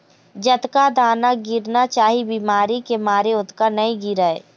जतका दाना गिरना चाही बिमारी के मारे ओतका नइ गिरय